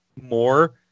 more